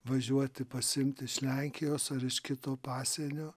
važiuoti pasiimt iš lenkijos ar kito pasienio